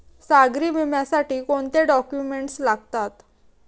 सागरी विम्यासाठी कोणते डॉक्युमेंट्स लागतात?